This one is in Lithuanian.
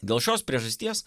dėl šios priežasties